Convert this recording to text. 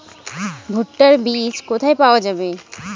ভুট্টার বিজ কোথায় পাওয়া যাবে?